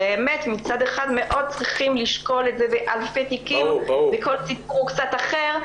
שמצד אחד צריכים לשקול את זה באלפי תיקים וכל סיפור הוא קצת אחר,